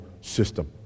system